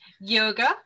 yoga